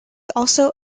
also